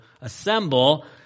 assemble